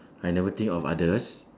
I never think of others